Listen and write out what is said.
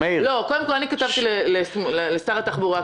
אני כתבתי לשר התחבורה.